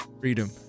Freedom